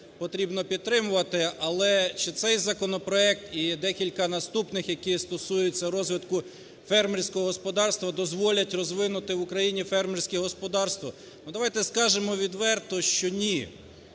потрібно підтримувати. Але чи цей законопроект і декілька наступних, які стосуються розвитку фермерського господарства дозволять розвинути в Україні фермерське господарство? Ну давайте скажемо відверто, що ні.